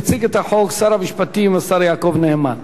יציג את החוק שר המשפטים, השר יעקב נאמן.